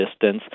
distance